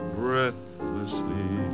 breathlessly